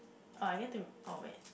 or I get to oh wait